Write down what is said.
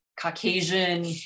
Caucasian